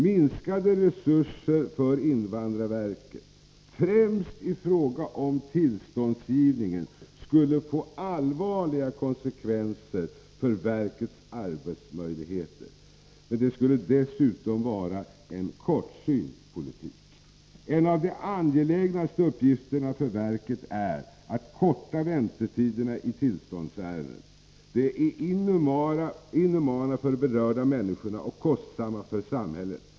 Minskade resurser för invandrarverket, främst i fråga om tillståndsgivningen, skulle få allvarliga konsekvenser för verkets arbetsmöjligheter. Det skulle dessutom vara en kortsynt politik. En av de angelägnaste uppgifterna för verket är att korta väntetiderna i tillståndsärenden. De är inhumana för de berörda människorna och kostsamma för samhället.